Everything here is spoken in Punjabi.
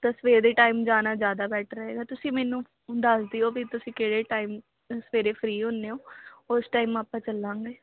ਤਾਂ ਸਵੇਰ ਦੇ ਟਾਈਮ ਜਾਣਾ ਜ਼ਿਆਦਾ ਬੈਟਰ ਰਹੇਗਾ ਤੁਸੀਂ ਮੈਨੂੰ ਦੱਸ ਦਿਓ ਵੀ ਤੁਸੀਂ ਕਿਹੜੇ ਟਾਈਮ ਸਵੇਰੇ ਫਰੀ ਹੁੰਦੇ ਹੋ ਉਸ ਟਾਈਮ ਆਪਾਂ ਚੱਲਾਂਗੇ